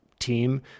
team